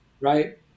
right